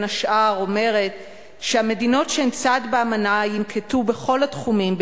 בין השאר אומרת ש"המדינות שהן צד באמנה ינקטו בכל התחומים,